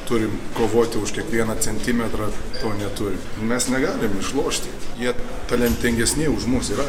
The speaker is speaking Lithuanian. turim kovoti už kiekvieną centimetrą to neturi mes negalim išlošti jie talentingesni už mus yra